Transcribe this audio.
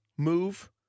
Move